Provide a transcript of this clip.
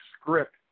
script